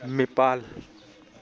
ꯅꯤꯄꯥꯜ